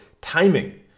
timing